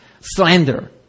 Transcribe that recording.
slander